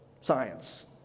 science